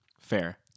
Fair